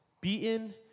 beaten